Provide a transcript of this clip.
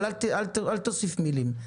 אבל אל תוסיף מילים.